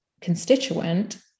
constituent